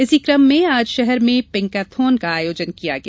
इसी कम में आज शहर में पिंकाथौन का आयोजन किया गया